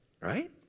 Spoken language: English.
right